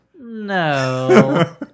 No